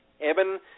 Evan